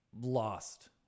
lost